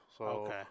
Okay